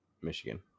Michigan